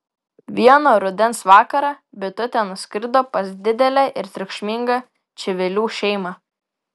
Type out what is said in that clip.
vieną rudens vakarą bitutė nuskrido pas didelę ir triukšmingą čivilių šeimą